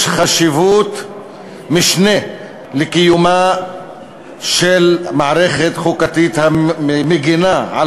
יש חשיבות משנה לקיומה של מערכת חוקתית המגינה על